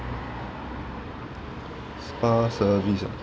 spa service ah